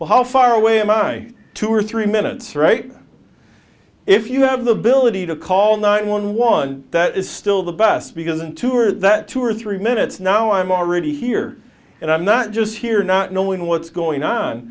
but how far away am i two or three minutes right if you have the ability to call nine one one that is still the best because in two or that two or three minutes now i'm already here and i'm not just here not knowing what's going on